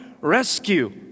rescue